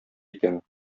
икән